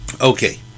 Okay